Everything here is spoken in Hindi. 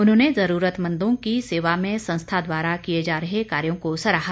उन्होंने ज़रूरतमंदों की सेवा में संस्था द्वारा किए जा रहे कार्यो को सराहा